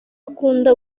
akunda